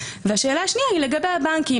והשאלה השנייה היא לגבי הבנקים,